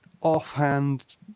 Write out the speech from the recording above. offhand